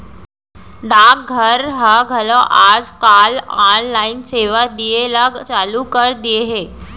डाक घर ह घलौ आज काल ऑनलाइन सेवा दिये ल चालू कर दिये हे